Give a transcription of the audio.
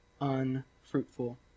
unfruitful